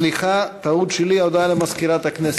סליחה, טעות שלי, הודעה למזכירת הכנסת.